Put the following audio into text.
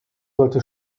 sollte